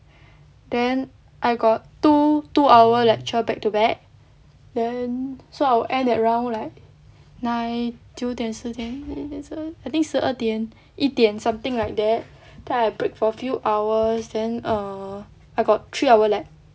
then I got two two hour lecture back to back then so I will end at around like nine 九点十点十一点十二点 I think 十二点一点 something like that then I break for a few hours then err I got three hour lab